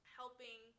helping –